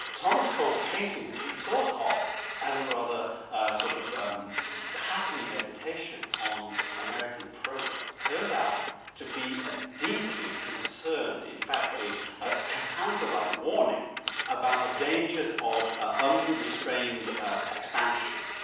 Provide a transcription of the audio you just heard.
thomas cole's painting, which we thought of as a rather sort of happy meditation on american progress turns out to be a deeply concerned, in fact, a a cassandra-like warning about the dangers of unrestrained expansion.